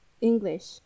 English